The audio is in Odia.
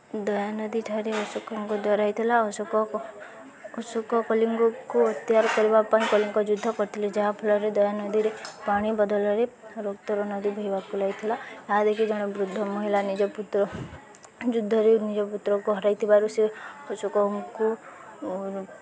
ଦୟା ନଦୀଠାରେ ଅଶୋକଙ୍କ ଦ୍ଵାରା ହୋଇଥିଲା ଅଶୋକ ଅଶୋକ କଳିଙ୍ଗକୁ ଅକତ୍ୟାର କରିବା ପାଇଁ କଳିଙ୍ଗ ଯୁଦ୍ଧ କରିଥିଲେ ଯାହା ଫଳରେ ଦୟା ନଦୀରେ ପାଣି ବଦଳରେ ରକ୍ତର ନଦୀ ବୋହିବାକୁ ଲାଗିଥିଲା ତାହା ଦେଖି ଜଣେ ବୃଦ୍ଧ ମହିଳା ନିଜ ପୁତ୍ର ଯୁଦ୍ଧରେ ନିଜ ପୁତ୍ରକୁ ହରାଇଥିବାରୁ ସେ ଅଶୋକଙ୍କୁ